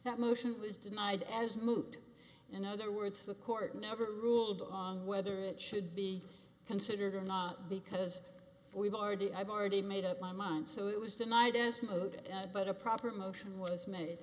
that motion was denied as moot in other words the court never ruled on whether it should be considered or not because we've already i've already made up my mind so it was denied as a look at but a proper motion was made